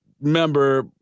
member